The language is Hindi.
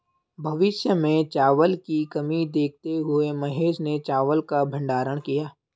भविष्य में चावल की कमी देखते हुए महेश ने चावल का भंडारण किया